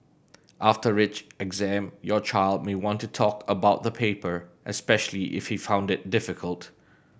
after rich exam your child may want to talk about the paper especially if he found it difficult